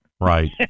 Right